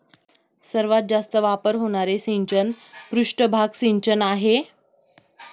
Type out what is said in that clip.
सर्वात जास्त वापर होणारे सिंचन पृष्ठभाग सिंचन आहे